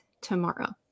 tomorrow